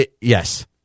Yes